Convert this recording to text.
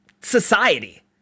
society